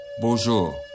Bonjour